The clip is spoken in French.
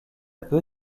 peu